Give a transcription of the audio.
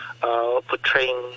portraying